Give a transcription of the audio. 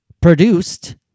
produced